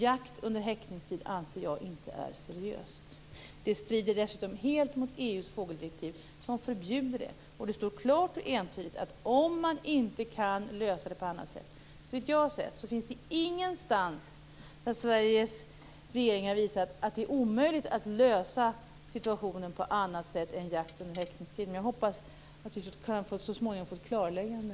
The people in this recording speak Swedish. Jakt under häckningstid anser jag inte är seriöst. Det strider dessutom helt mot EU:s fågeldirektiv. Det är förbjudet - det står klart och entydigt - om man inte kan lösa det på annat sätt. Såvitt jag har sett står det ingenstans att Sveriges regering har visat att det är omöjligt att lösa situationen på annat sätt än genom jakt under häckningstid. Jag hoppas att vi så småningom kan få ett klarläggande.